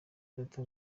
data